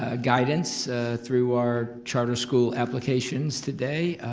ah guidance through our charter school applications today.